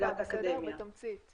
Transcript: דיקנית הפקולטה לטכנולוגיות למידה,